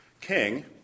king